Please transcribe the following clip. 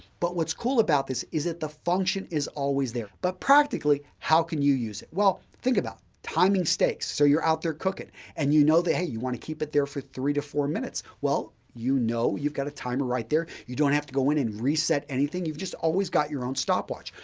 but what's cool about this is that the function is always there. but, practically how can you use it? well, think about it, timing steaks. so you're out there cooking and you know that, hey, you want to keep it there for three to four minutes. well, you know you've got a timer right there, you don't have to go in and reset anything, you've just always got your own stopwatch.